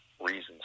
reasons